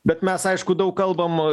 bet mes aišku daug kalbam